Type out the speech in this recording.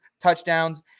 touchdowns